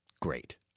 Great